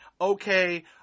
okay